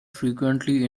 frequently